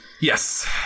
Yes